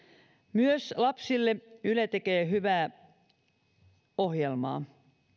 myös lapsille yle tekee hyvää ohjelmaa